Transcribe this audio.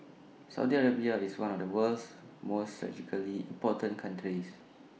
Saudi Arabia is one of the world's most important countries